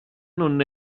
non